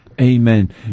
Amen